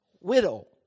widow